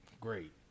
great